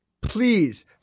Please